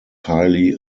highly